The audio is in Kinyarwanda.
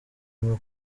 muri